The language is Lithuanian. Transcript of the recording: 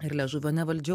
ir liežuvio nevaldžiau